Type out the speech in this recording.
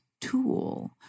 tool